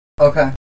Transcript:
Okay